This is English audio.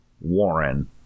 Warren